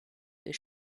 des